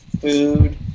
food